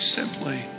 simply